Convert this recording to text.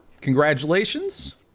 Congratulations